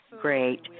Great